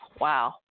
Wow